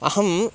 अहम्